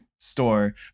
store